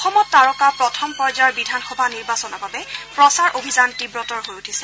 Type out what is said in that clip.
অসমত প্ৰথম পৰ্যায়ৰ বিধানসভা নিৰ্বাচনৰ বাবে প্ৰচাৰ অভিযান তীৱতৰ হৈ উঠিছে